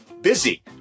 busy